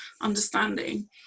understanding